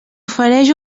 ofereix